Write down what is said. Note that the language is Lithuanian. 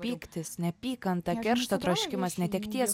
pyktis neapykanta keršto troškimas netekties